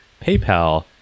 PayPal